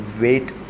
wait